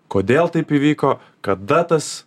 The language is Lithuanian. kodėl taip įvyko kada tas